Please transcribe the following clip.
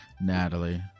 Natalie